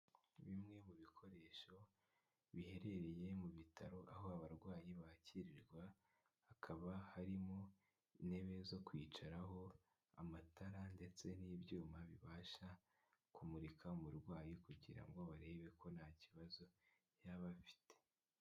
Bimwe mu bikoresho biherereye mu bitaro aho abarwayi bakirirwa, hakaba harimo intebe zo kwicaraho, amatara ndetse n'ibyuma bibasha kumurika umurwayi kugira ngo barebe ko nta kibazo yaba afite.